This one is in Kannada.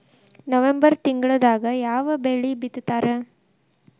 ನವೆಂಬರ್ ತಿಂಗಳದಾಗ ಯಾವ ಬೆಳಿ ಬಿತ್ತತಾರ?